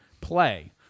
Play